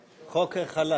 החוק.